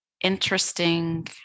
interesting